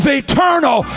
eternal